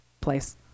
Place